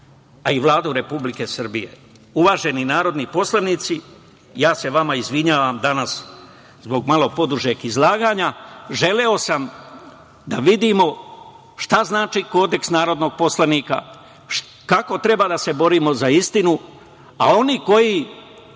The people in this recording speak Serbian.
a i Vladu Republike Srbije. Uvaženi narodni poslanici, ja se vama izvinjavam danas zbog malo podužeg izlaganja. Želeo sam da vidimo šta znači kodeks narodnog poslanika, kako treba da se borimo za istinu, a oni koji